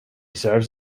serves